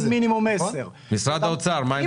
מינימום 10 --- משרד האוצר מה עמדתכם?